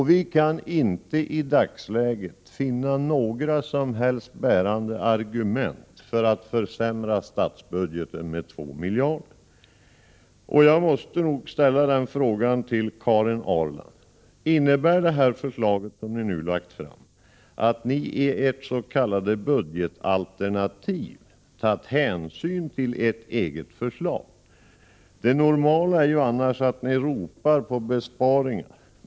Vi kan inte i dagsläget finna några som helst bärande argument för att försämra statsbudgeten med 2 miljarder. Jag måste nog ställa en fråga till Karin Ahrland. Har ni i ert s.k. budgetalternativ tagit hänsyn till det förslag som ni nu lagt fram? Det normala är ju annars att ni ropar på besparingar.